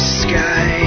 sky